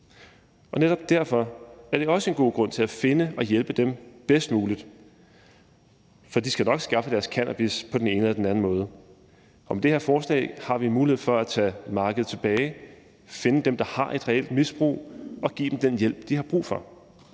Og netop derfor er det også en god grund til at finde og hjælpe dem bedst muligt, for de skal nok skaffe deres cannabis på den ene eller den anden måde. Og med det her forslag har vi mulighed for at tage markedet tilbage, finde dem, der har et reelt misbrug, og give dem den hjælp, de har brug for.